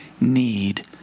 need